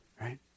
right